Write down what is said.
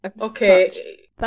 Okay